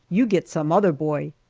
you get some other boy.